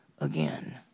again